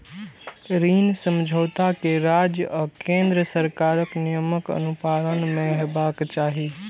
ऋण समझौता कें राज्य आ केंद्र सरकारक नियमक अनुपालन मे हेबाक चाही